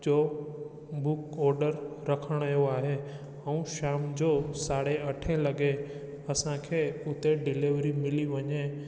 जो book order रखण जो आहे ऐं शाम जो साढ़े अठ लॻे असांखे हुते डिलीवरी मिली वञे